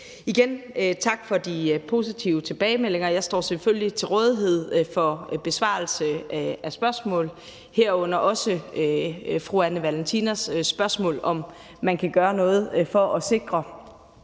Igen: Tak for de positive tilbagemeldinger. Jeg står selvfølgelig til rådighed for besvarelse af spørgsmål, herunder også fru Anne Valentina Berthelsens spørgsmål om, om man kan gøre noget for at sikre,